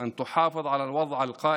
אנחנו מבקשים מהממשלה לשמור על המצב הקיים